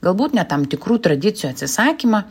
galbūt net tam tikrų tradicijų atsisakymą